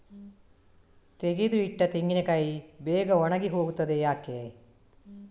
ತೆಗೆದು ಇಟ್ಟ ತೆಂಗಿನಕಾಯಿ ಬೇಗ ಒಣಗಿ ಹೋಗುತ್ತದೆ ಯಾಕೆ?